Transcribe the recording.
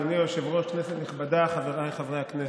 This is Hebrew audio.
אדוני היושב-ראש, כנסת נכבדה, חבריי חברי הכנסת,